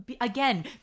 again